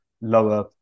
lower